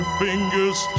fingers